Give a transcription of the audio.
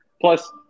Plus